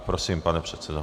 Prosím, pane předsedo.